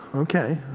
okay.